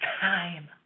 time